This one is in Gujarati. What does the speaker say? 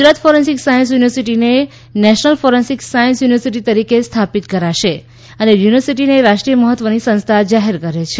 ગુજરાત ફોરેન્સિક સાયન્સ યુનિવર્સિટીને નેશનલ ફોરેન્સિક સાયન્સ યુનિવર્સિટી તરીકે સ્થાપિત કરશે અને યુનિવર્સિટીને રાષ્ટ્રીય મહત્વ ની સંસ્થા જાહેર કરે છે